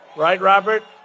right, robert?